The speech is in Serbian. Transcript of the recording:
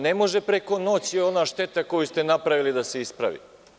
Ne može preko noći ona šteta koju ste napravili da se ispravi.